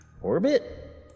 Orbit